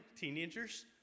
teenagers